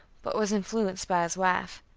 but was influenced by his wife.